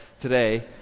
today